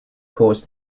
caused